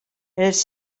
els